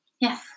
Yes